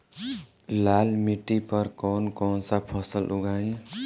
लाल मिट्टी पर कौन कौनसा फसल उगाई?